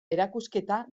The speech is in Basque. erakusketa